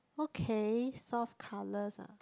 okay soft colours ah